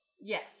Yes